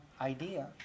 idea